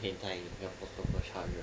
要带那 portable charger